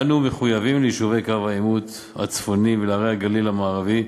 אנו מחויבים ליישובי קו העימות הצפוני ולערי הגליל המערבי,